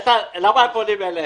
איתן, למה אנו פונים אליך?